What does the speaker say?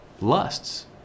lusts